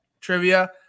trivia